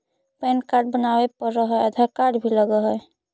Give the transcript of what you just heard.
Pan card बनावे पडय है आधार कार्ड भी लगहै?